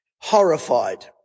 horrified